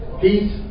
peace